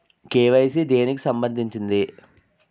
KYC దేనికి సంబందించింది?